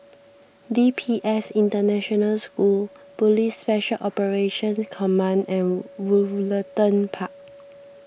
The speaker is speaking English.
D P S International School Police Special Operations Command and Woollerton Park